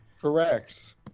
Correct